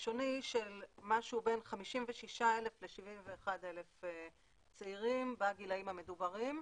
ראשוני של משהו בין 56,000 ל-71,000 צעירים בגילאים המדוברים,